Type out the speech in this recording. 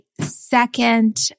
second